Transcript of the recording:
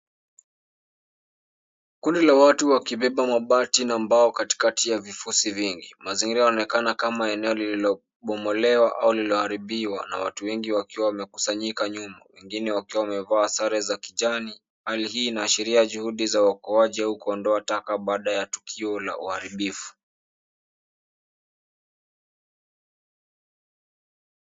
Kundi la watu wakibeba mabati na mbao katikati ya vifusi vingi. Mazingira yanaonekana kama eneo lililobomolewa au lililoharibiwa na watu wengi wakiwa wamekusanyika nyuma, wengine wakiwa wamevaa sare za kijani. Hali hii inaashiria juhudi za uokoaji au kuondoa taka baada ya tukio la uharibifu.